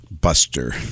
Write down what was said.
buster